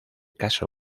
caso